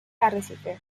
arrecife